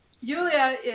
Yulia